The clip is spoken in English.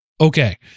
Okay